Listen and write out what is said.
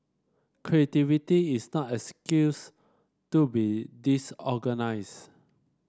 creativity is no excuse to be disorganised